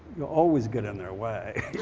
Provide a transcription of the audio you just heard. you'll always get in their way.